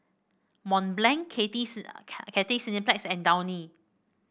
Mont Blanc Cathay Cineplex and Downy